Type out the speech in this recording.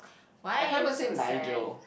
why are you so sad